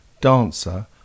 dancer